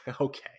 okay